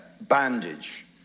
bandage